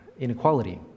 inequality